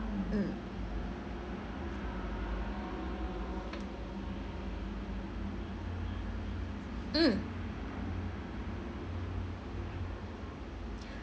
mm mm